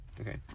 Okay